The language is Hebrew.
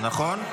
נכון?